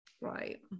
Right